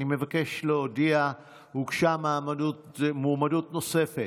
אני מבקש להודיע, הוגשה מועמדות נוספת,